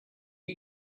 you